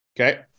Okay